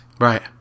Right